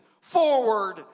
forward